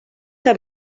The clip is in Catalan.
que